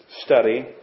study